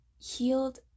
healed